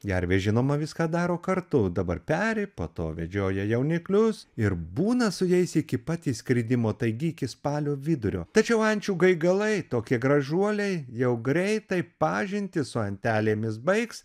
gervė žinoma viską daro kartu dabar peri po to vedžioja jauniklius ir būna su jais iki pat išskridimo taigi iki spalio vidurio tačiau ančių gaigalai tokie gražuoliai jau greitai pažintį su antelėmis baigs